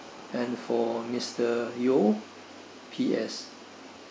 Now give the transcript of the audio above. and for mister yeo P_S